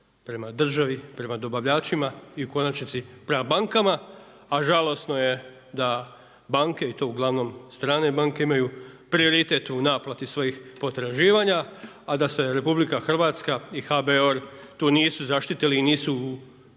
prema državi, prema dobavljačima i u konačnici prema bankama. A žalosno je da banke, i to ugl. strane banke imaju prioritet u naplati u svojim istraživa, a da se RH, i HBOR, tu nisu zaštitili i nisu u